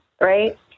right